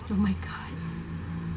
oh my god